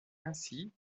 ainsi